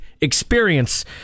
experience